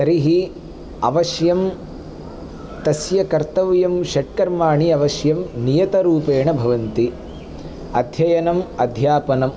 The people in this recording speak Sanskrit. तर्हि अवश्यं तस्य कर्तव्यं षट्कर्माणि अवश्यं नियतरूपेण भवन्ति अध्ययनम् अध्यापनम्